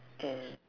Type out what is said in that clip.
L